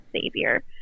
savior